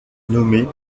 nommée